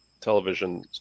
television